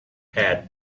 had